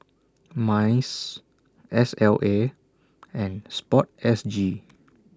Minds S L A and Sport S G